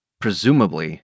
Presumably